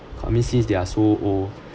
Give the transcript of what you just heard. I mean see they are so old